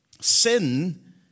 sin